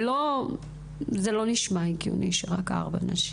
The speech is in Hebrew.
אם ארבע נשים